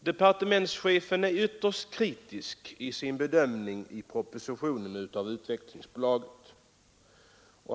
Departementschefen är i propositionen ytterst kritisk i sin bedömning av Utvecklingsbolaget.